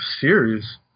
series